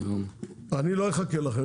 אני לא אחכה לכם.